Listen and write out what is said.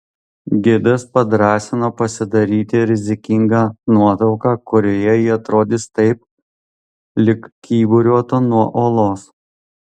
gidas padrąsino pasidaryti rizikingą nuotrauką kurioje ji atrodys taip lyg kyburiuotų nuo uolos